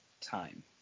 time